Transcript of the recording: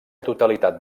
totalitat